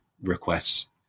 requests